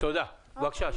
אני